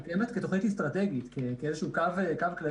היא קיימת כתוכנית אסטרטגית, כאיזשהו קו כללי.